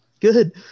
Good